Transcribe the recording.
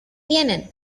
vienen